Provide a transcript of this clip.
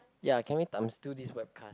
ya can we times two this webcast